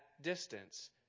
distance